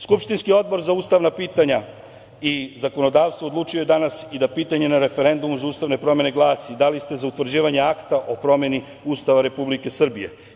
Skupštinski odbor za ustavna pitanja i zakonodavstvo odlučio je danas i da pitanje na referendumu za ustavne promene glasi – da li ste za utvrđivanje akta o promeni Ustava Republike Srbije?